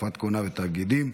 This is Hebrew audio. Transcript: תקופות כהונה ותאגידים),